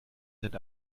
sind